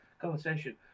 conversation